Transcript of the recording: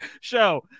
show